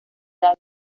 edad